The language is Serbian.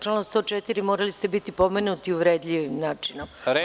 Članom 104. morali ste biti pomenuti uvredljivim načinom.